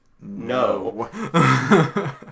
No